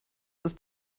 ist